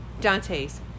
Dante's